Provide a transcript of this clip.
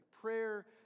Prayer